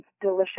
delicious